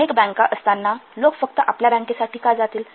अनेक बँका असताना लोक फक्त आपल्या बँकेसाठी का जातील